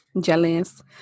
Jealous